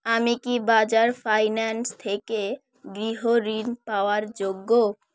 আমি কি বাজাজ ফাইন্যান্স থেকে গৃহ ঋণ পাওয়ার যোগ্য